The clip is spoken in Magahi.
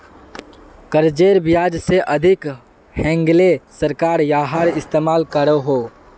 कर्जेर ब्याज से अधिक हैन्गेले सरकार याहार इस्तेमाल करोह